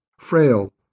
frail